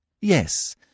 Yes